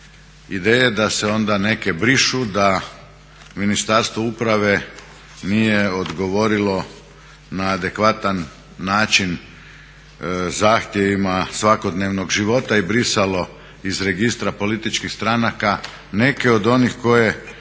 ideje da se onda neke brišu, da Ministarstvo uprave nije odgovorilo na adekvatan način zahtjevima svakodnevnog života i brisalo iz Registra političkih stranaka neke od onih koje